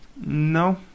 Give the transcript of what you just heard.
no